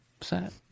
set